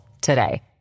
today